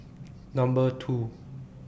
Number two